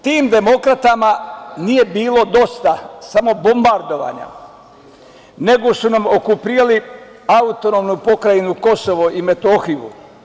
Tim demokratama nije bilo dosta samo bombardovanja, nego su nam okupirali Autonomnu pokrajinu Kosovo i Metohiju.